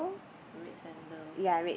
red sandal